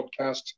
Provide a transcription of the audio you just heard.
podcast